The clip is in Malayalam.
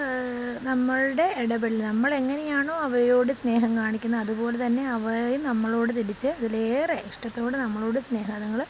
നമ്മളുടെ ഇടപെടൽ നമ്മളെങ്ങനെയാണോ അവയോട് സ്നേഹം കാണിക്കുന്നത് അതുപോലെ തന്നെ അവയും നമ്മളോട് തിരിച്ച് അതിലേറെ ഇഷ്ടത്തോടെ നമ്മളോട് സ്നേഹം അത്ങ്ങൾ